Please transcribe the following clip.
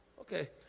Okay